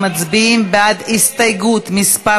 מצביעים על הסתייגות מס'